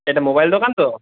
এটা মোবাইল দোকান তো